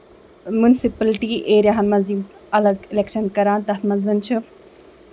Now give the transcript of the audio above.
municipality area ہَن منٛز یِم الگ اِلیکشن کران تَتھ منٛز چھِ